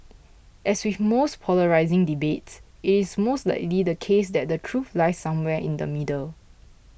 as with most polarising debates it is most likely the case that the truth lies somewhere in the middle